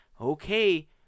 okay